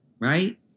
right